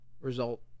result